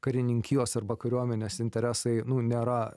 karininkijos arba kariuomenės interesai nu nėra